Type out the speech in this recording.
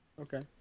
Okay